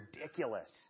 ridiculous